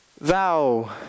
Thou